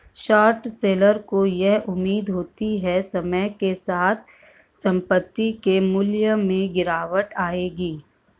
short seller को यह उम्मीद होती है समय के साथ संपत्ति के मूल्य में गिरावट आएगी